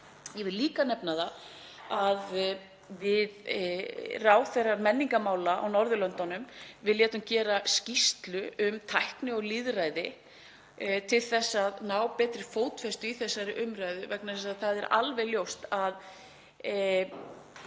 Ég vil líka nefna að við ráðherrar menningarmála á Norðurlöndunum létum gera skýrslu um tækni og lýðræði til að ná betri fótfestu í þessari umræðu vegna þess að það er alveg ljóst að